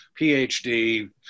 PhD